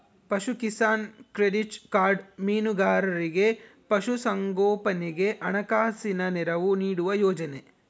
ಪಶುಕಿಸಾನ್ credit card ಮೀನುಗಾರರಿಗೆ ಪಶು ಸಂಗೋಪನೆಗೆ ಹಣಕಾಸಿನ ನೆರವು ನೀಡುವ ಯೋಜನೆ